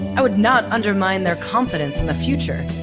i would not undermine their confidence in the future,